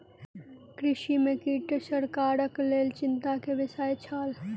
कृषि में कीट सरकारक लेल चिंता के विषय छल